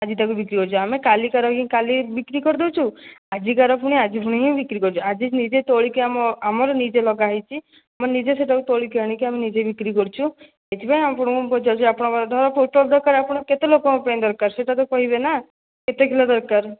ଆଜି ତାକୁ ବିକ୍ରି କରୁଛୁ ଆମେ କାଲିକାର କାଲି ବିକ୍ରି କରିଦେଉଛୁ ଆଜିକାର ପୁଣି ଆଜି ପୁଣି ହିଁ ବିକ୍ରି କରୁଛୁ ଆଜି ନିଜେ ତୋଳିକି ଆମ ଆମର ନିଜେ ଲଗାହୋଇଛି ଆମର ନିଜେ ସେଇଟାକୁ ତୋଳିକି ଆଣିକି ଆମେ ନିଜେ ବିକ୍ରି କରୁଛୁ ସେଥିପାଇଁ ଆପଣଙ୍କୁ ପଚାରୁଛୁ ଧର ପୋଟଳ ଦରକାର ଆପଣଙ୍କୁ କେତେ ଲୋକଙ୍କ ପାଇଁ ଦରକାର ସେଇଟା ତ କହିବେ ନା କେତେ କିଲୋ ଦରକାର